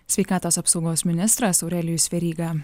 sveikatos apsaugos ministras aurelijus veryga